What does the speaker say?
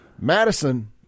Madison